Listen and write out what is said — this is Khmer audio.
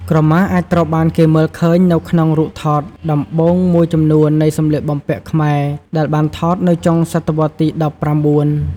ក្រមាអាចត្រូវបានគេមើលឃើញនៅក្នុងរូបថតដំបូងមួយចំនួននៃសំលៀកបំពាក់ខ្មែរដែលបានថតនៅចុងសតវត្សទីដប់ប្រាំបួន។